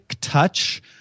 touch